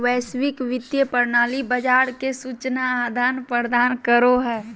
वैश्विक वित्तीय प्रणाली बाजार के सूचना आदान प्रदान करो हय